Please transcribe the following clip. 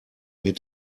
mit